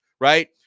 right